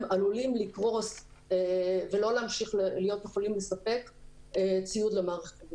עלולים לקרוס ולא להמשיך להיות מסוגלים לספק ציוד למערכת הבריאות.